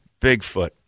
bigfoot